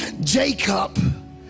Jacob